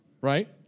Right